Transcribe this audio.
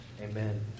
Amen